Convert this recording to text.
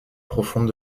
profonde